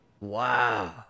Wow